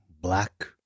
Black